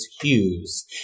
Hughes